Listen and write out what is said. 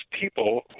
people